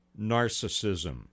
narcissism